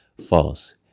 false